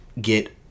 get